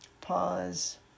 pause